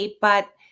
but-